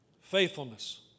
Faithfulness